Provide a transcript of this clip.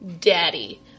Daddy